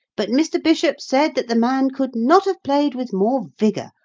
but mr. bishop said that the man could not have played with more vigour,